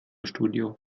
studio